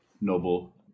Noble